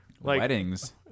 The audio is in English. weddings